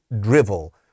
drivel